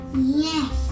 Yes